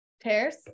tears